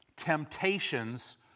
temptations